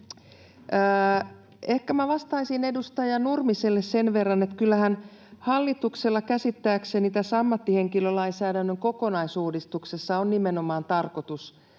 minä vastaisin edustaja Nurmiselle sen verran, että kyllähän hallituksella käsittääkseni tässä ammattihenkilölainsäädännön kokonaisuudistuksessa on nimenomaan tarkoitus